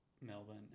Melbourne